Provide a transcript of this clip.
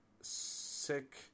sick